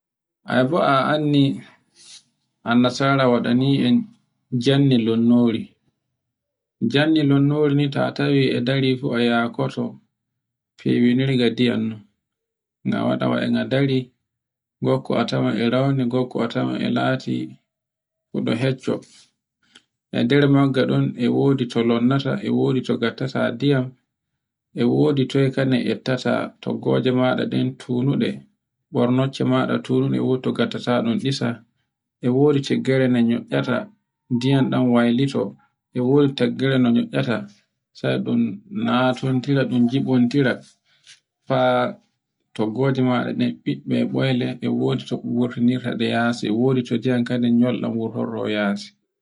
Ai bo a anndi an nasara waɗani en jannde lonnore, jande lonnore ni ta tawi e dari fu a yakoto fiwinirga ndiyam no. ngawaɗa e nga dari wokko a tawan e rauni ngokko a tawan e lati huɗo hecco, e nder magga ɗon e wodi to lonnata e wodi to gattata ndiyam, e wodi toy kane ettata toggoje maɗa tuluɗe ɓornocce maɗa tulunde woto gatataɗun ɗisa, e wodi tiggare no no yo'aata ndiyam ɗan waylito, e wodi taggire no nyo'aata sai ɗun natintira ɗun jiɓontira, faa toggoje maɗa ɗen ɓiɓɓe e ɓoyle e wodi tobe wurtuninta ɗe yasi, e wodi ɗe wurtininta e yasi.